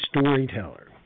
storyteller